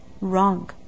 wrong